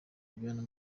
kujyanwa